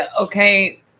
okay